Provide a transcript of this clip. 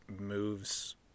moves